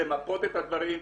למפות את הדברים,